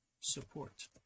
support